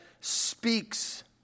speaks